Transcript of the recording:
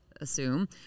assume